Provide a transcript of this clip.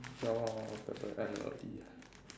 ya lor want to end early lah